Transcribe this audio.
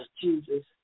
Jesus